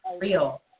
real